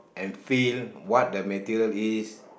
and feel what the material is